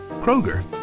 Kroger